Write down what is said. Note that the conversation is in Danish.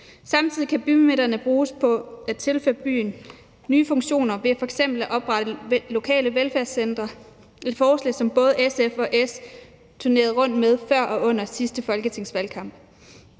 Samtidig kan bymidterne bruges på at tilføre byen nye funktioner ved f.eks. at oprette lokale velfærdscentre – et forslag, som både SF og S turnerede rundt med før og under sidste folketingsvalgkamp.